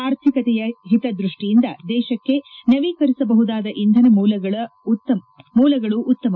ಆರ್ಥಿಕತೆಯ ಹಿತದೃಷ್ಟಿಯಿಂದ ದೇಶಕ್ಕೆ ನವೀಕರಿಸಬಹುದಾದ ಇಂಧನ ಮೂಲಗಳು ಉತ್ತಮ